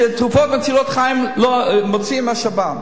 שתרופות מצילות חיים מוציאים מהשב"ן.